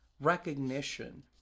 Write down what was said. recognition